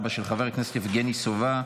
2024,